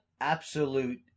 Absolute